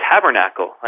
tabernacle